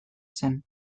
zen